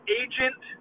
agent